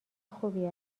خوبی